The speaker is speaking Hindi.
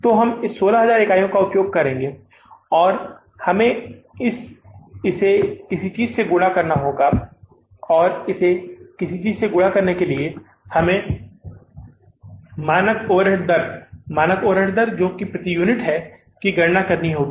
तो हम इस 16000 इकाइयों का उपयोग करेंगे और हमें इसे किसी चीज से गुणा करना होगा और इसे किसी चीज से गुणा करने के लिए हमें मानक ओवरहेड दर मानक ओवरहेड दर जो प्रति यूनिट है की गणना करनी होगी